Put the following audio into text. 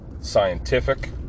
scientific